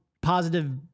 positive